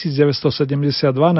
1972